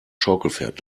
schaukelpferd